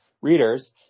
readers